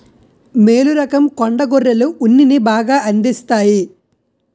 మేలు రకం కొండ గొర్రెలు ఉన్నిని బాగా అందిస్తాయి